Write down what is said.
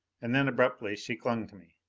and then abruptly she clung to me.